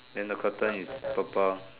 then the curtain is purple